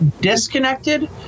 disconnected